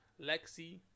Lexi